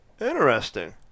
Interesting